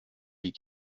les